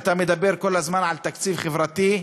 אתה מדבר כל הזמן על תקציב חברתי,